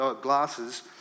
glasses